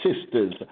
sisters